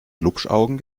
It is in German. glupschaugen